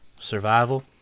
Survival